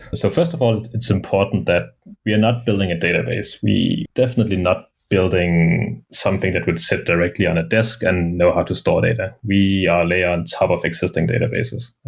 so first of all, it's important that you're not building a database. we're definitely not building something that would sit directly on a desk and know how to store data. we ah layer on top of existing databases.